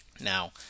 Now